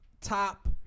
top